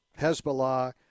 Hezbollah